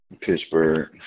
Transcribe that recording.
Pittsburgh